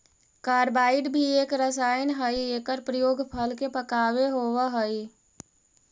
carbide भी एक रसायन हई एकर प्रयोग फल के पकावे होवऽ हई